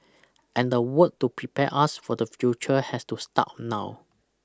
and the work to prepare us for the future has to start now